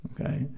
Okay